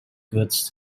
goods